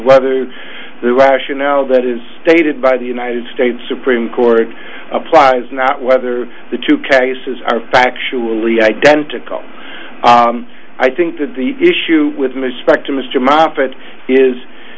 whether the rationale that is stated by the united states supreme court applies not whether the two cases are factually identical i think that the issue with ms specter mr moffat is